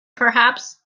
perhaps